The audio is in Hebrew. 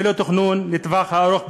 ללא תכנון לטווח הארוך ביותר.